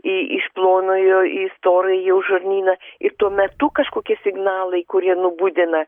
į iš plonojo į storajį jau žarnyną ir tuo metu kažkokie signalai kurie nubudina